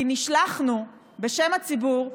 כי נשלחנו בשם הציבור,